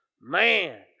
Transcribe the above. Man